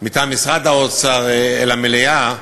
מטעם משרד האוצר אל המליאה,